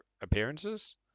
appearances